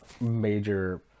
major